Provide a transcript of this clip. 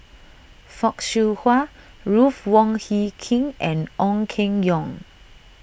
Fock Siew Wah Ruth Wong Hie King and Ong Keng Yong